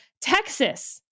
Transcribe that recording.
Texas